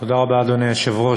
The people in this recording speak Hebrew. אדוני היושב-ראש,